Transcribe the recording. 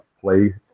play